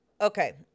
Okay